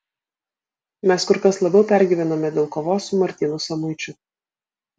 mes kur kas labiau pergyvenome dėl kovos su martynu samuičiu